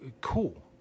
cool